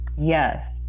Yes